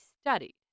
studied